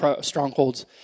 strongholds